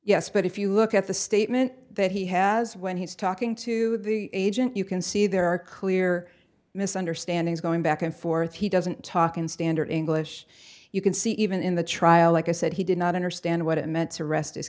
yes but if you look at the statement that he has when he's talking to the agent you can see there are clear misunderstandings going back and forth he doesn't talk in standard english you can see even in the trial like i said he did not understand what it meant to rest